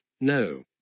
no